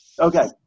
Okay